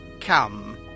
Come